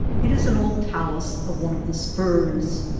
it is an old talus of one of the spurs.